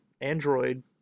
Android